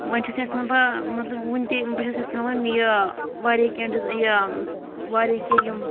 وۄنۍ چھَس یَژھان بہٕ مطلب وٕنہِ تہِ بہٕ چھَس یَژھان وۄنۍ یہِ واریاہ کینٛہہ ڈِز یہِ واریاہ کینٛہہ یِم